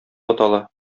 атала